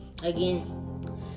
again